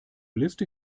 liste